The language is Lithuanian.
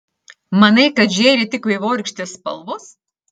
manai kad žėri tik vaivorykštės spalvos